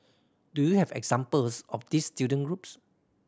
do you have examples of these student groups